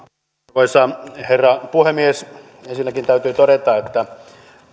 arvoisa herra puhemies ensinnäkin täytyy todeta että